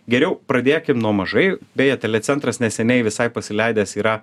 geriau pradėkim nuo mažai beje telecentras neseniai visai pasileidęs yra